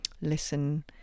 listen